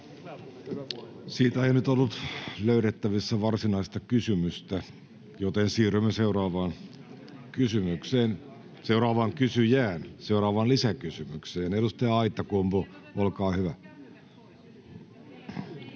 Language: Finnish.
Siitä ei nyt ollut löydettävissä varsinaista kysymystä, joten siirrymme seuraavaan kysymykseen, seuraavaan kysyjään, seuraavaan lisäkysymykseen. — Edustaja Aittakumpu, olkaa hyvä.